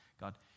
God